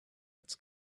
its